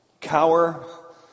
Cower